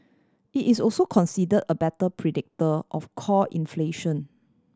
it is also considered a better predictor of core inflation